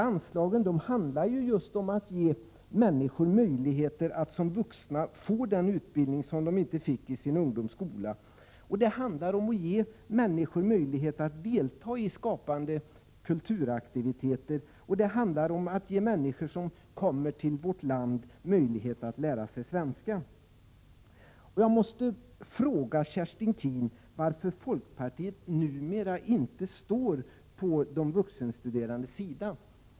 Det handlar i stället om att ge människor möjligheter att som vuxna få den utbildning som de inte fick i sin ungdoms skola. Det handlar om att ge människor möjlighet att delta i skapande kulturaktiviteter, och det handlar om att ge människor som kommer till vårt land möjligheter att lära sig svenska. Jag måste fråga Kerstin Keen varför folkpartiet numera inte står på de vuxenstuderandes sida.